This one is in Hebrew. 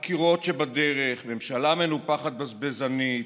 חקירות שבדרך, ממשלה מנופחת ובזבזנית,